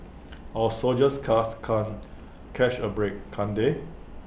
our soldiers cast can't catch A break can't they